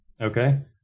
Okay